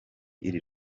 iri